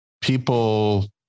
People